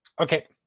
Okay